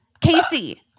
Casey